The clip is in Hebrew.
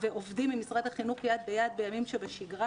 ועובדים עם משרד החינוך יד ביד בימים שבשגרה,